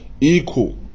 Equal